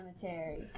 cemetery